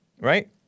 Right